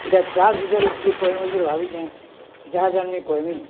ଏଇଟା ଚାଷ ବିଷୟରେକି ଯେ କହିମି ବଲିକିରି ଭାବିଛେଁ ଯାହା ଜାନ୍ଛି ମୁଇଁ କହିମି